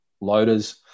loaders